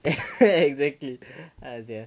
exactly ah sia